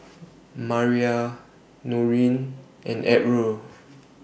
Maria Norine and Errol